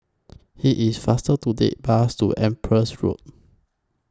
IT IS faster to Take Bus to Empress Road